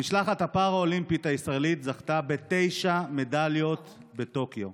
המשלחת הפראלימפית הישראלית זכתה בתשע מדליות בטוקיו,